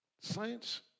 Saints